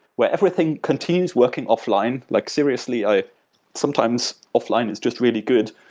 where everything continues working offline, like seriously ah sometimes offline is just really good,